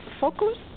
focus